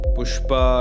Pushpa